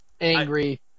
angry